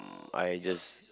mm I just